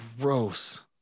Gross